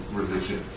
religion